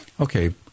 Okay